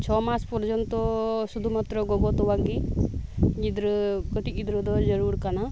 ᱪᱷᱚ ᱢᱟᱥ ᱯᱚᱨᱡᱚᱱᱛᱚ ᱥᱩᱫᱩ ᱢᱟᱛᱛᱨᱚ ᱜᱚᱜᱚ ᱛᱚᱣᱟ ᱜᱮ ᱜᱤᱫᱽᱨᱟᱹ ᱠᱟᱴᱤᱡ ᱜᱤᱫᱽᱨᱟᱹ ᱫᱚ ᱡᱟᱨᱩᱲ ᱠᱟᱱᱟ